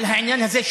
על העניין הזה,